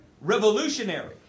revolutionary